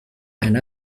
and